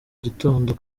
gitondo